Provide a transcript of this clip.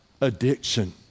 Addiction